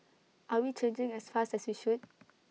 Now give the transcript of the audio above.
are we changing as fast as we should